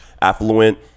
affluent